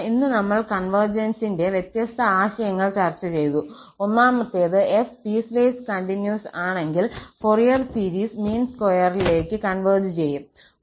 തുടർന്ന് ഇന്ന് നമ്മൾ കോൺവെർജൻസിന്റെ വ്യത്യസ്ത ആശയങ്ങൾ ചർച്ച ചെയ്തു ഒന്നാമത്തേത് f പീസ്വേസ് കണ്ടിന്യൂസ് ആണെങ്കിൽ ഫോറിയർ സീരീസ് മീൻ സ്ക്വയറിലേക്ക് കോൺവെർജ് ചെയ്യും